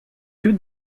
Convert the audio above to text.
que